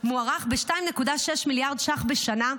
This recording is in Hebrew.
מוערך ב-2.6 מיליארד ש"ח בשנה.